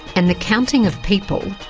and the counting of people,